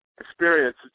experience